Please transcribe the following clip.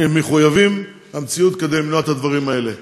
מחויבי המציאות כדי למנוע את הדברים האלה.